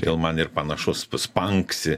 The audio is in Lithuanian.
gal man ir panašus spangsi